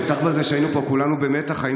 אני אפתח בזה שהיינו פה כולנו במתח אם